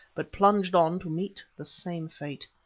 but plunged on to meet the same fate.